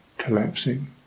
collapsing